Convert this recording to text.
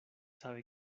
sabe